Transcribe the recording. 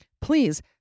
please